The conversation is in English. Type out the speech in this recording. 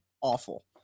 awful